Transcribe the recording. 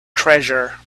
treasure